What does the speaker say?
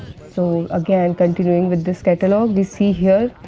so again, continuing with this catalog, we see here,